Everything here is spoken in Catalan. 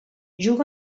juga